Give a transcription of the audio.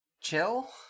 chill